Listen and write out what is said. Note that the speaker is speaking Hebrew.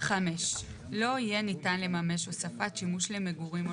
(5)לא יהיה ניתן לממש הוספת שימוש למגורים או